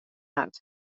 hat